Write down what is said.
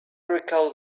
recalled